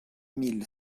mille